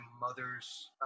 mother's